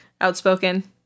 Outspoken